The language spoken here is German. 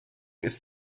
ist